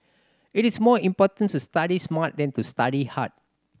it is more important to study smart than to study hard